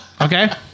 Okay